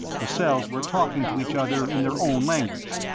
the cells were talking to each other in their own language.